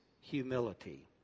humility